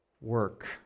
work